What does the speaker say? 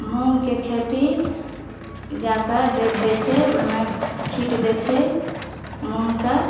मूँग के खेती जाकऽ जोइत दै छै ओहिमे छींट दै छै मूँग के